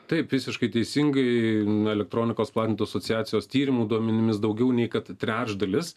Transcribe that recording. taip visiškai teisingai na elektronikos platintojų asociacijos tyrimo duomenimis daugiau nei kad trečdalis